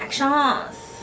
Actions